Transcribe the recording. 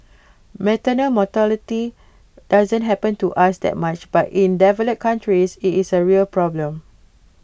maternal mortality doesn't happen to us that much but in develop countries IT is A real problem